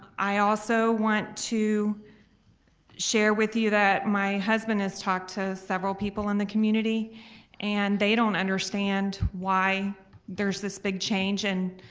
i also want to share with you that my husband has talked to several people in the community and they don't understand why there's this big change. and